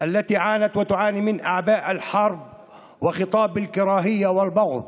שסבל וסובל מתלאות המלחמה ומרוח שיח של שנאה וטינה.